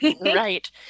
Right